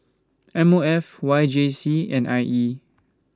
M O F Y J C and I E